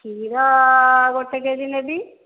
କ୍ଷୀର ଗୋଟେ K G ନେବି